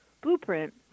blueprint